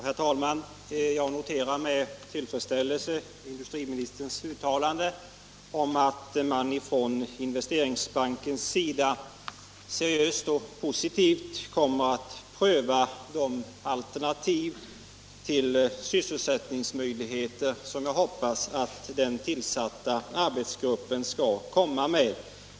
Herr talman! Jag noterar med tillfredsställelse industriministerns uttalande om att Investeringsbanken seriöst och positivt kommer att pröva de alternativ till sysselsättningsmöjligheter som jag hoppas att den tillsatta arbetsgruppen skall komma med.